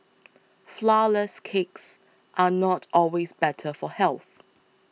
Flourless Cakes are not always better for health